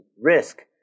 risk